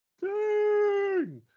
Ding